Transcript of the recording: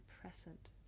present